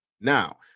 Now